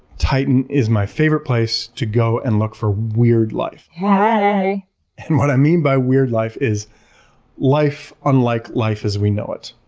titan is my favorite place to go and look for weird life. and what i mean by weird life is life unlike life as we know it.